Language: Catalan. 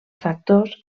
factors